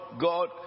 god